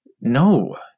no